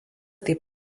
taip